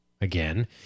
again